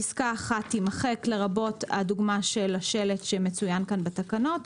פסקה (1) תימחק לרבות הדוגמה של השלט שמצוין כאן בתקנות,